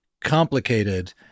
complicated